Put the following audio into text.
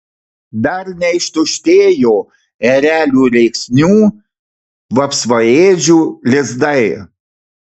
dar neištuštėjo erelių rėksnių vapsvaėdžių lizdai